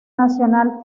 nacional